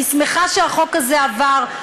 אני שמחה שהחוק הזה עבר.